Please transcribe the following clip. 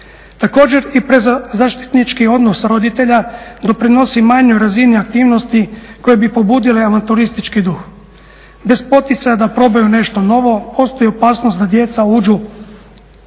Također i prezaštitnički odnos roditelja doprinosi manjoj razini aktivnosti koje bi pobudile avanturistički duh. Bez poticaja da probaju nešto novo postoji opasnost da djeca uđu